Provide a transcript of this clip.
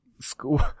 School